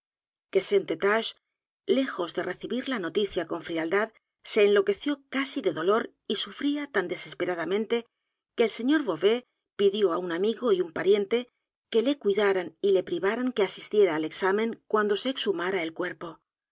st elustache lejos de recibir la noticia con frialdad se enloqueció casi de dolor y sufría tan desesperadamente que el s r beauvaispidió á un amigo y un pariente que le cuidaran y le privaran que asistiera al examen cuando se exhumara el cuerpo